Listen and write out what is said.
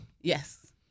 Yes